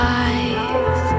eyes